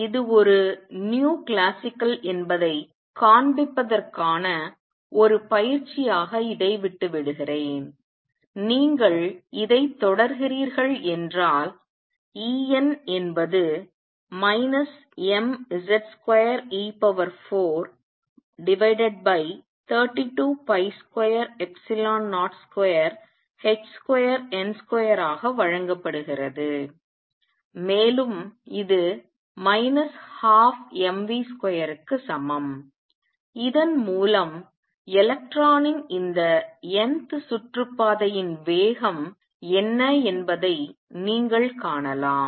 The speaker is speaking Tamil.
இது ஒரு nu கிளாசிக்கல் என்பதைக் காண்பிப்பதற்கான ஒரு பயிற்சியாக இதை விட்டுவிடுகிறேன் நீங்கள் இதை தொடர்கிறீர்கள் என்றால் En என்பது mZ2e432202h2n2 ஆக வழங்கப்படுகிறது மேலும் இது 12mv2 க்கு சமம் இதன் மூலம் எலக்ட்ரானின் இந்த nth சுற்றுப்பாதையின் வேகம் என்ன என்பதை நீங்கள் காணலாம்